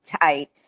tight